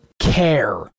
care